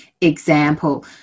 example